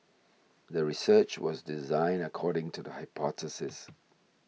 the research was designed according to the hypothesis